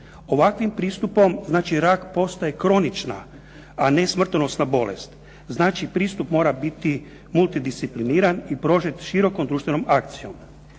Ovakvim pristupom znači rak postaje kronična, a ne smrtonosna bolest. Znači pristup mora biti multidiscipliniran i prožet širokom društvenom akcijom.